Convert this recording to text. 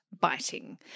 biting